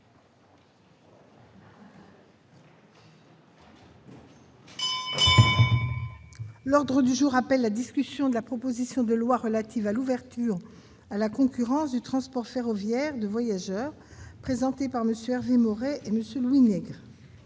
L'ordre du jour appelle la discussion de la proposition de loi relative à l'ouverture à la concurrence du transport ferroviaire de voyageurs, présentée par MM. Hervé Maurey et Louis Nègre